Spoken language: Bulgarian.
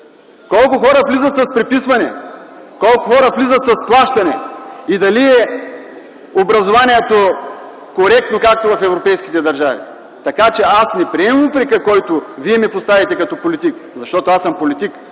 колко хора влизат с преписване, колко хора влизат с плащане и дали образованието е коректно, както в европейските държави! Така че аз не приемам упрека, който Вие ми отправяте като политик, защото аз съм политик